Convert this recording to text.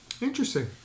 Interesting